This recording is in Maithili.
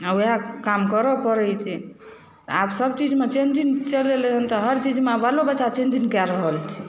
आ वएह काम करऽ पड़ै छै आब सबचीज शमे चेंजिंग चलि एलैहन तऽ हर चीजमे बालो बच्चा चेंजिंग कए रहल छै